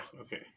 Okay